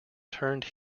turned